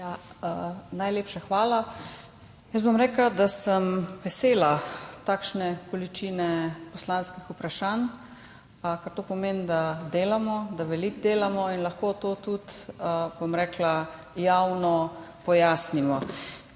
Najlepša hvala. Jaz bom rekla, da sem vesela takšne količine poslanskih vprašanj, ker to pomeni, da delamo, da veliko delamo in lahko to tudi javno pojasnimo.